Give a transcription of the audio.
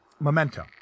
Memento